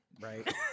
Right